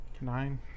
Nine